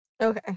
Okay